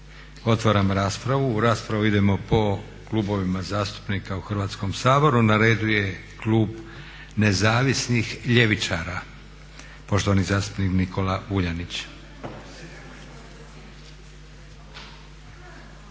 Otvaram raspravu. U raspravu idemo po klubovima zastupnika u Hrvatskom saboru. Na redu je klub Nezavisnih ljevičara, poštovani zastupnik Nikola Vuljanić.